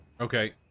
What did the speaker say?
Okay